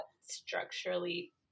structurally